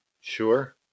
Sure